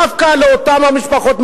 דווקא לאותן המשפחות.